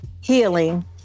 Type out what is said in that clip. healing